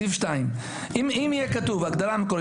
סעיף 2. אם יהיה כתוב ההגדרה המקורית,